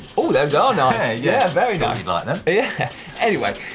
oh those are nice, yeah very nice. ah and anyway,